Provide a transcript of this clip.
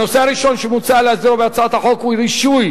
הנושא הראשון שמוצע להסדירו בהצעת החוק הוא רישוי